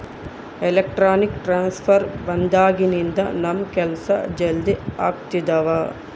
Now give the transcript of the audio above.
electronic transfer ಬಂದಾಗಿನಿಂದ ನಮ್ ಕೆಲ್ಸ ಜಲ್ದಿ ಆಗ್ತಿದವ